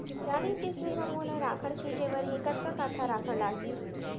चालीस डिसमिल म मोला राखड़ छिंचे बर हे कतका काठा राखड़ लागही?